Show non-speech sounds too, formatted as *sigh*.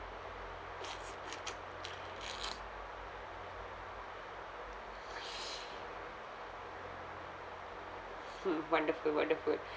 *noise* hmm wonderful wonderful